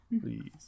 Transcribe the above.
Please